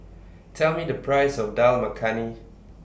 Tell Me The Price of Dal Makhani